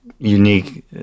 unique